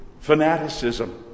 fanaticism